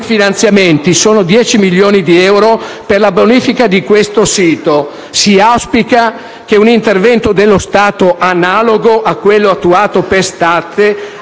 Grazie